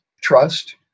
Trust